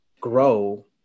grow